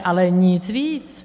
Ale nic víc.